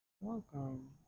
welcome